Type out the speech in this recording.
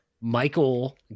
Michael